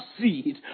seed